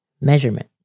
measurement